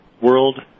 world